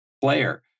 player